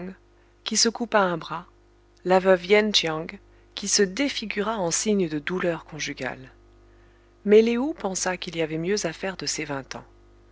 qui se coupa un bras la veuve yen tchiang qui se défigura en signe de douleur conjugale mais lé ou pensa qu'il y avait mieux à faire de ses vingt ans